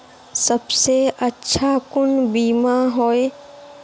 सबसे अच्छा कुन बिमा होय?